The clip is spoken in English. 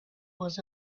was